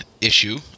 issue